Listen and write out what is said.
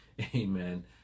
amen